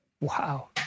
Wow